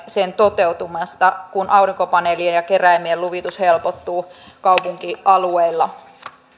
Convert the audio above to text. sen toteutumista kun aurinkopaneelien ja keräimien luvitus helpottuu kaupunkialueilla